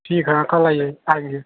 ठीक है हाँ कल आइए आएँगे